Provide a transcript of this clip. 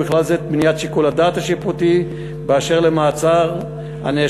ובכלל זה את הבניית שיקול הדעת השיפוטי באשר למעצר נאשמים